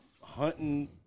hunting